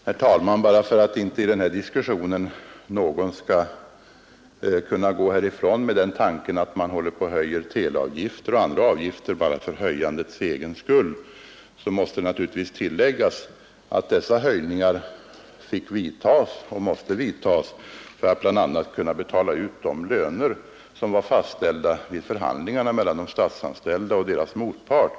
Herr talman! För att ingen skall kunna gå ifrån den här diskussionen med den uppfattningen, att man höjer telefonavgiften och andra avgifter bara för höjandets egen skull måste det naturligtvis tilläggas, att dessa höjningar måste vidtas bl.a. för att man skulle kunna betala ut de löner som fastställts vid förhandlingarna mellan de statsanställda och deras motpart.